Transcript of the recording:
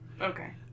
Okay